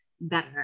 better